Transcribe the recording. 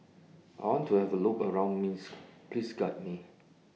I want to Have A Look around Minsk Please Guide Me